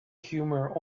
humor